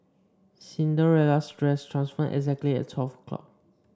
Cinderella's dress transformed exactly at twelve o'clock